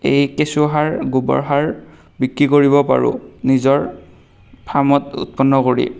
এই কেঁচু সাৰ গোবৰ সাৰ বিক্ৰী কৰিব পাৰোঁ নিজৰ ফাৰ্মত উৎপন্ন কৰি